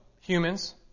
humans